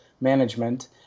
management